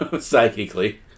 Psychically